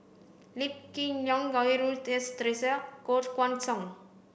Lee Kip Lin Goh Rui Si Theresa and Koh Guan Song